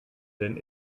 denn